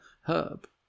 herb